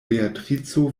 beatrico